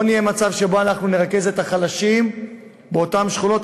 לא יהיה מצב שבו אנחנו נרכז את החלשים באותן שכונות,